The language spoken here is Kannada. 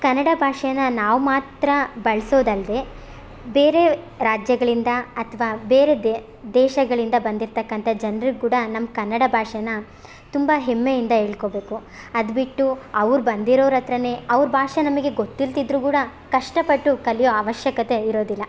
ಕನ್ನಡ ಭಾಷೆನ ನಾವು ಮಾತ್ರ ಬಳ್ಸೋದು ಅಲ್ಲದೆ ಬೇರೆ ರಾಜ್ಯಗಳಿಂದ ಅಥವಾ ಬೇರೆ ದೇಶಗಳಿಂದ ಬಂದಿರತಕ್ಕಂತ ಜನ್ರಿಗೆ ಕೂಡ ನಮ್ಮ ಕನ್ನಡ ಭಾಷೆನ ತುಂಬ ಹೆಮ್ಮೆಯಿಂದ ಹೇಳ್ಕೊಬೇಕು ಅದುಬಿಟ್ಟು ಅವ್ರು ಬಂದಿರೋರ ಹತ್ತಿರ ಅವ್ರ ಭಾಷೆ ನಮಗೆ ಗೊತ್ತಿಲ್ದೆ ಇದ್ದರು ಕೂಡ ಕಷ್ಟಪಟ್ಟು ಕಲಿಯೊ ಅವಶ್ಯಕತೆ ಇರೋದಿಲ್ಲ